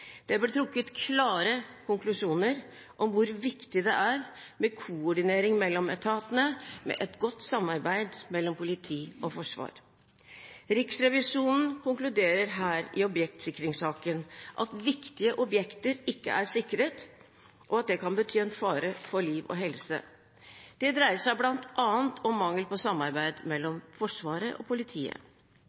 Det ble trukket klare konklusjoner om hvor viktig det er med koordinering mellom etatene og et godt samarbeid mellom politi og forsvar. Riksrevisjonen konkluderer i objektsikringssaken med at viktige objekter ikke er sikret, og at det kan bety en fare for liv og helse. Det dreier seg bl.a. om mangel på samarbeid mellom Forsvaret og politiet.